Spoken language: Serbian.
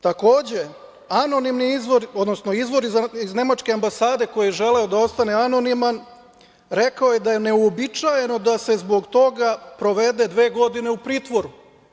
Takođe, anonimni izvor, odnosno izvor iz nemačke ambasade koji je želeo da ostane anoniman, rekao je da je neuobičajeno da se zbog toga provede dve godine u pritvoru.